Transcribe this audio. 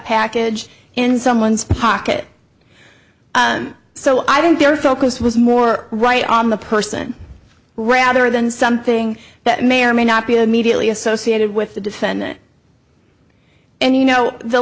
package in someone's pocket so i didn't their focus was more right on the person rather than something that may or may not be immediately associated with the defendant and you know the